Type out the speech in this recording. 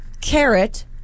carrot